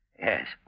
Yes